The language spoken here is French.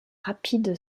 rapide